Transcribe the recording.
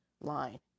line